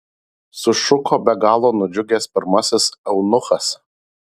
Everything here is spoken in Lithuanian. sušuko be galo nudžiugęs pirmasis eunuchas